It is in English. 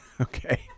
Okay